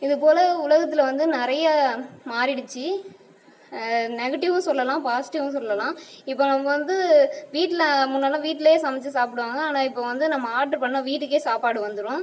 இதுபோல் உலகத்தில் வந்து நிறைய மாறிடிச்சு நெகட்டிவும் சொல்லெலாம் பாசிட்டிவும் சொல்லெலாம் இப்போ நம்ம வந்து வீட்டில் முன்னெல்லாம் வீட்லே சமைச்சு சாப்பிடுவாங்க ஆனால் இப்போ வந்து நம்ம ஆர்டர் பண்ணால் வீட்டுக்கே சாப்பாடு வந்துடும்